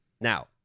Now